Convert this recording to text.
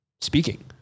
speaking